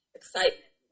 excitement